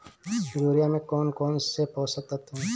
Urea में कौन कौन से पोषक तत्व है?